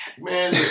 Man